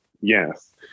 Yes